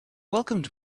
welcomed